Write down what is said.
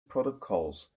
protocols